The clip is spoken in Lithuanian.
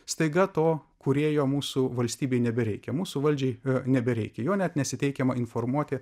staiga to kūrėjo mūsų valstybei nebereikia mūsų valdžiai nebereikia jo net nesiteikiama informuoti